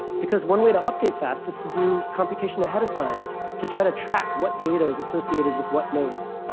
because one way to update fast is to do computation ahead of time to try to track what data is associated with what nodes.